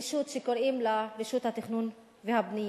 רשות שקוראים לה רשות התכנון והבנייה,